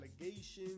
allegations